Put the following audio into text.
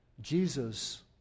Jesus